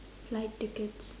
flight tickets